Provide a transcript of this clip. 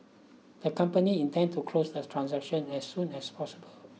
the company intends to close the transaction as soon as possible